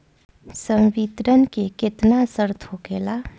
संवितरण के केतना शर्त होखेला?